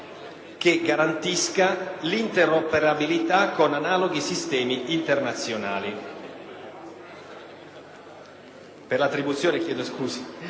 garantendo l'interoperabilità con analoghi sistemi internazionali»;